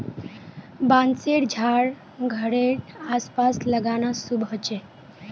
बांसशेर झाड़ घरेड आस पास लगाना शुभ ह छे